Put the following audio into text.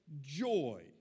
joy